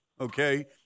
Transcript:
okay